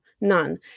none